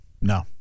no